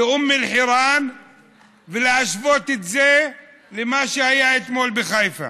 לאום אל-חיראן ולהשוות את זה למה שהיה אתמול בחיפה.